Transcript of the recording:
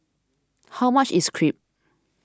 how much is Crepe